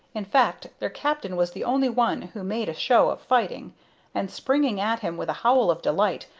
in fact, their captain was the only one who made a show of fighting and, springing at him with a howl of delight,